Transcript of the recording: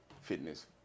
fitness